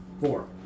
Four